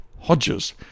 Hodges